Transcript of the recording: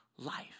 life